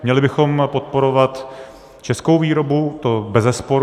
Měli bychom podporovat českou výrobu, to bezesporu.